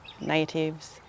natives